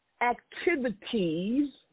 activities